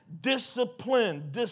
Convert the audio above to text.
discipline